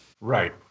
Right